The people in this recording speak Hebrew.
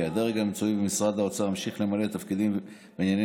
יובהר כי הדרג המקצועי במשרד האוצר ממשיך למלא תפקידים בעניינים